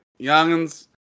youngins